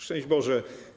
Szczęść Boże!